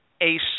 ace